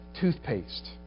toothpaste